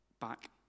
back